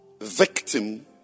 victim